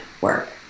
work